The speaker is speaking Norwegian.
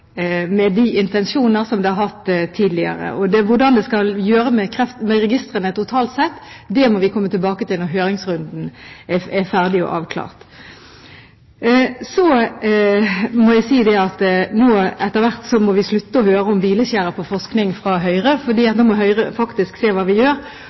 med de intensjonene man har hatt tidligere. Hva man skal gjøre med registrene totalt sett, må vi komme tilbake til når høringsrunden er ferdig og avklart. Så må jeg si at Høyre nå må slutte å snakke om hvileskjær i forskningen. Nå må Høyre faktisk se hva vi gjør.